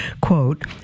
quote